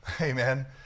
Amen